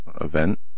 event